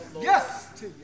Yes